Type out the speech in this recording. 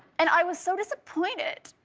and i was so disappointed.